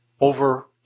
over